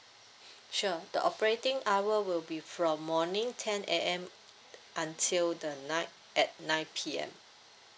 sure the operating hour will be from morning ten A_M until the night at nine P_M